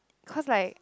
cause like